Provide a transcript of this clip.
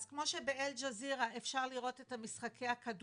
אז, כמו שבאל ג'זירה אפשר לראות את משחקי הכדורגל,